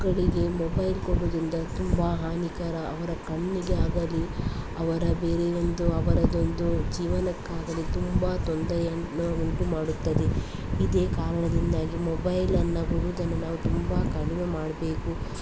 ಮಕ್ಕಳಿಗೆ ಮೊಬೈಲ್ ಕೊಡೋದ್ರಿಂದ ತುಂಬ ಹಾನಿಕಾರ ಅವರ ಕಣ್ಣಿಗೆ ಆಗಲಿ ಅವರ ಬೇರೆ ಒಂದು ಅವರದೊಂದು ಜೀವನಕ್ಕಾಗಲಿ ತುಂಬ ತೊಂದರೆಯನ್ನು ಉಂಟು ಮಾಡುತ್ತದೆ ಇದೇ ಕಾರಣದಿಂದಾಗಿ ಮೊಬೈಲನ್ನು ಕೊಡೋದನ್ನ ನಾವು ತುಂಬ ಕಡಿಮೆ ಮಾಡಬೇಕು